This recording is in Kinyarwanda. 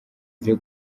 byo